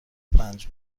پنج